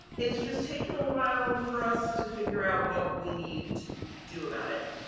it's just taken a while for us to figure out what we need to do about it.